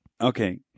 okay